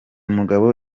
mugabo